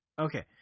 Okay